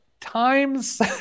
times